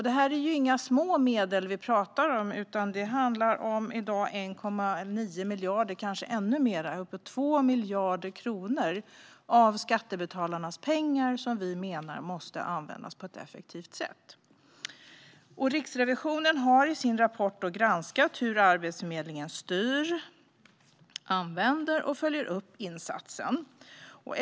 Det är inte små medel som vi pratar om, utan i dag handlar det om 1,9 miljarder, kanske upp till 2 miljarder kronor av skattebetalarnas pengar som vi anser måste användas på ett effektivt sätt. Riksrevisionen har i sin rapport granskat hur Arbetsförmedlingen styr, använder och följer upp insatsen.